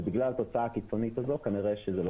ובגלל התוצאה הקיצונית הזאת כנראה שזה לא